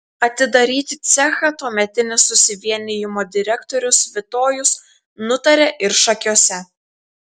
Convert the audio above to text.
atidaryti cechą tuometinis susivienijimo direktorius svitojus nutarė ir šakiuose